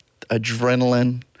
adrenaline